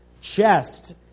Chest